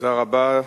תודה רבה.